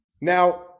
Now